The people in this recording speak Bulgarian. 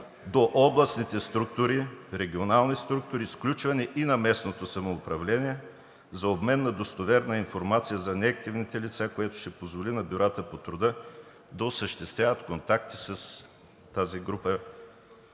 до областните структури, регионалните структури, с включване и на местното самоуправление – за обмен на достоверна информация за неактивните лица, което ще позволи на бюрата по труда да осъществяват контакти с тази група